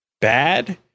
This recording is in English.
bad